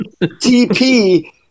TP